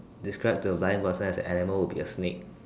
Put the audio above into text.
describe to a blind person as animal would be a snake